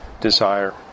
desire